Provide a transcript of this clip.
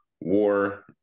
war